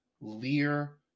Lear